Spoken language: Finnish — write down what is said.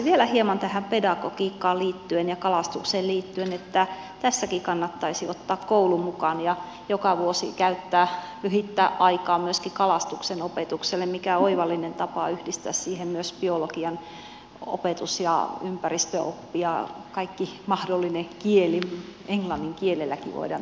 vielä hieman tähän pedagogiikkaan liittyen ja kalastukseen liittyen että tässäkin kannattaisi ottaa koulu mukaan ja joka vuosi käyttää pyhittää aikaa myöskin kalastuksen opetukseen mikä on oivallinen tapa yhdistää siihen myös biologian opetus ja ympäristöoppi ja kaikki mahdollinen kieli englannin kielelläkin voidaan opiskella kaloja